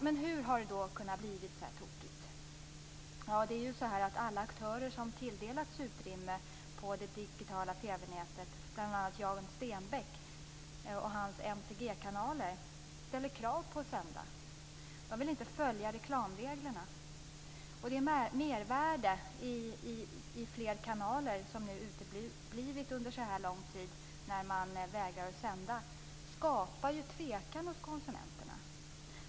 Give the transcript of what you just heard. Men hur har det då kunna bli så här tokigt? - ställer krav för att sända. De vill inte följa reklamreglerna. Det mervärde i fler kanaler som har uteblivit under så här lång tid när man har vägrat att sända skapar ju tvekan hos konsumenterna.